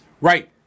right